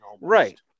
right